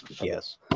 Yes